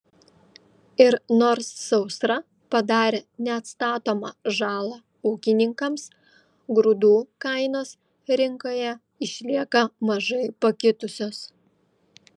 ir nors sausra padarė neatstatomą žalą ūkininkams grūdų kainos rinkoje išlieka mažai pakitusios